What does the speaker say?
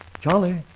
Charlie